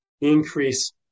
increase